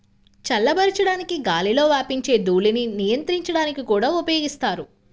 చల్లబరచడానికి గాలిలో వ్యాపించే ధూళిని నియంత్రించడానికి కూడా ఉపయోగిస్తారు